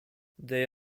they